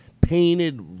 painted